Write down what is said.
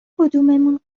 کدوممون